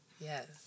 Yes